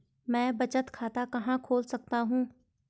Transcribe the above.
मैं बचत खाता कहां खोल सकता हूँ?